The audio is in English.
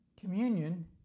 Communion